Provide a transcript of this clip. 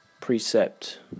precept